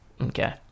okay